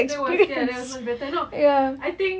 that was still much better no I think